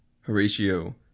Horatio